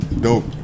Dope